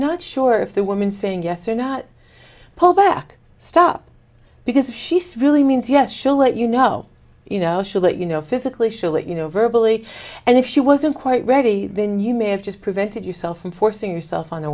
not sure if the woman saying yes or not pull back stop because if she's really means yes she'll let you know you know she'll let you know physically shalit you know verbal and if she wasn't quite ready then you may have just prevented yourself from forcing yourself on